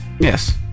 yes